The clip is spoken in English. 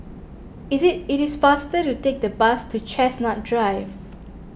is it it is faster to take the bus to Chestnut Drive